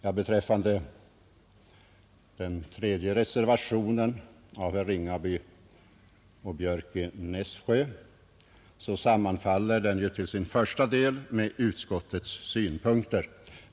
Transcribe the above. Reservationen 3 av herrar Ringaby och Björck i Nässjö sammanfaller till sin första del med utskottets synpunkter.